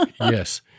Yes